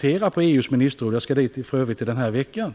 är uppe på EU:s ministerråds dagordning - jag skall för övrigt delta där den här veckan.